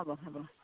হ'ব হ'ব